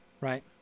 right